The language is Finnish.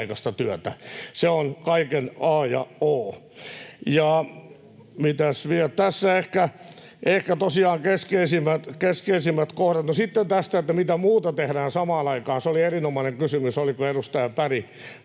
ja o. Mitäs vielä... Tässä ehkä tosiaan keskeisimmät kohdat. No, sitten tästä, että mitä muuta tehdään samaan aikaan — se oli erinomainen kysymys, oliko edustaja Berg